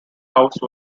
house